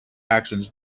actions